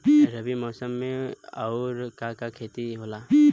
रबी मौसम में आऊर का का के खेती होला?